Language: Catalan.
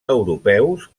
europeus